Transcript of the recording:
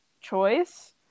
choice